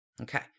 Okay